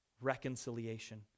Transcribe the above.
reconciliation